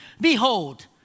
Behold